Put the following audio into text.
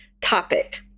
topic